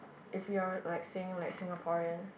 if you are like saying like Singaporean